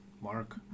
Mark